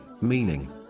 meaning